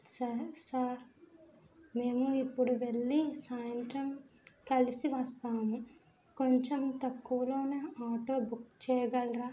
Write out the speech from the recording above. సరే సార్ మేము ఇప్పుడు వెళ్ళి సాయంత్రం కలిసి వస్తాము కొంచెం తక్కువలోనే ఆటో బుక్ చేయగలరా